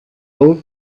old